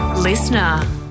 Listener